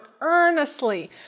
earnestly